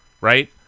right